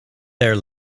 their